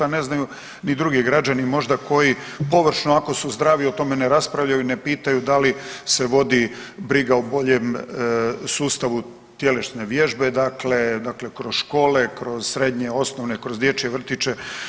Ne znaju ni drugi građani možda koji površno ako su zdravi o tome ne raspravljaju, ne pitaju da li se vodi briga o boljem sustavu tjelesne vježbe dakle, dakle kroz škole kroz srednje, osnovne, kroz dječje vrtiće.